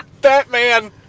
Batman